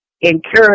encourage